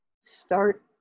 start